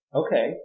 okay